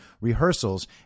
rehearsals